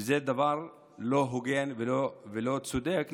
זה דבר לא הוגן ולא צודק,